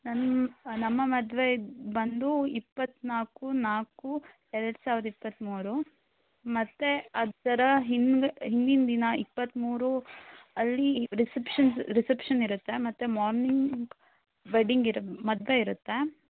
ನನ್ನ ನಮ್ಮ ಮದುವೆ ಬಂದು ಇಪ್ಪತ್ತ್ನಾಲ್ಕು ನಾಲ್ಕು ಎರಡು ಸಾವಿರದ ಇಪ್ಪತ್ತ್ಮೂರು ಮತ್ತು ಅದರ ಹಿಂದ್ ಹಿಂದಿನ ದಿನ ಇಪ್ಪತ್ತ್ಮೂರು ಅಲ್ಲಿ ರಿಸೆಪ್ಷನ್ ರಿಸೆಪ್ಷನ್ ಇರತ್ತೆ ಮತ್ತು ಮಾರ್ನಿಂಗ್ ವೆಡ್ಡಿಂಗ್ ಇರ ಮದುವೆ ಇರತ್ತೆ